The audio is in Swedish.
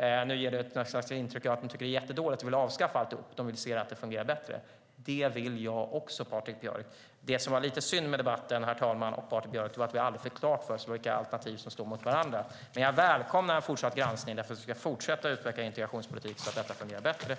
Citatet ger nästan ett intryck av att de tycker att det är jättedåligt och vill avskaffa alltihop, men de vill se att det fungerar bättre. Och det vill jag också, Patrik Björck. Det som var lite synd med debatten, herr talman och Patrik Björck, var att vi aldrig fick klart för oss vilka alternativ som står mot varandra. Men jag välkomnar en fortsatt granskning, för vi ska fortsätta att utveckla integrationspolitiken så att den kan fungera bättre.